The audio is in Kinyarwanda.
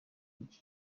w’iki